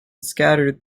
scattered